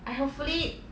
I hopefully